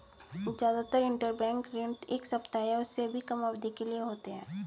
जादातर इन्टरबैंक ऋण एक सप्ताह या उससे भी कम अवधि के लिए होते हैं